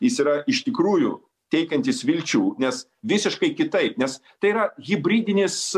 jis yra iš tikrųjų teikiantis vilčių nes visiškai kitaip nes tai yra hibridinis